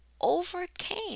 overcame